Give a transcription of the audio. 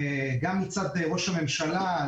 גם מצד ראש הממשלה,